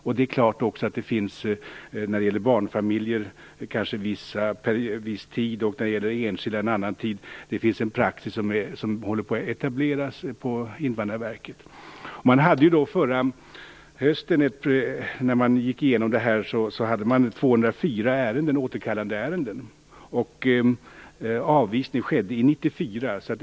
Det är också klart att det kanske finns en tid som gäller barnfamiljer och en annan tid som gäller enskilda. Det håller på att etableras en praxis på Invandrarverket. Förra hösten när man gick igenom detta hade man 204 återkallandeärenden. Avvisning skedde i 94.